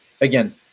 again